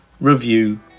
review